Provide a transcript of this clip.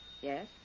Yes